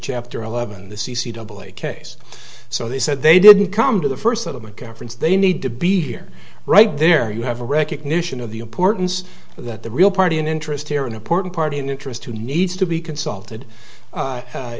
chapter eleven the c c w case so they said they didn't come to the first settlement conference they need to be here right there you have a recognition of the importance that the real party in interest here an important party an interest who needs to be consulted